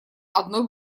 одной